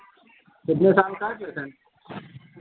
कितने साल का है पेसेन्ट